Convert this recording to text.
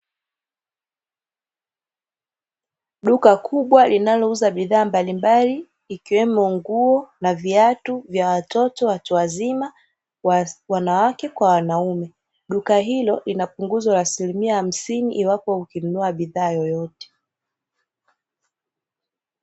Duka kubwa linalouza bidhaa mbalimbali, ikiwemo nguo na viatu vya watoto, watu wazima, wanawake kwa wanaume. Duka hilo lina punguzo la asilimia hamsini, iwapo ukinunua bidhaa yoyote.